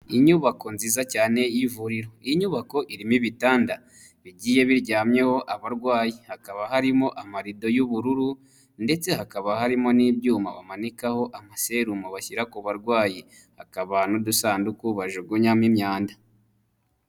Inyubako nziza cyane y'ivuriro. Iyi nyubako irimo ibitanda, bigiye biryamyeho abarwayi, hakaba harimo amarido y'ubururu, ndetse hakaba harimo n'ibyuma bamanikaho amaserumo bashyira ku barwayi, hakaba n'udusanduku bajugunyamo imyanda.